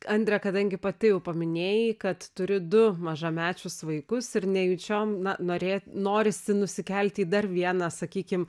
andre kadangi pati jau paminėjai kad turi du mažamečius vaikus ir nejučiom na norė norisi nusikelt į dar vieną sakykim